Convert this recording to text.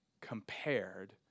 compared